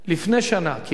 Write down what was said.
לפני שנה כמעט,